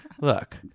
Look